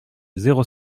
zéro